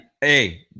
Hey